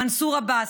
מנסור עבאס,